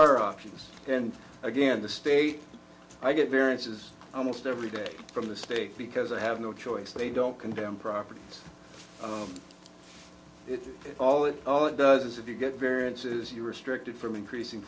are options and again the state i get variances almost every day from the state because i have no choice they don't condemn property all in all it does is if you get variances you're restricted from increasing